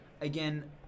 again